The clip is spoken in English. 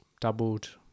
doubled